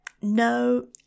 no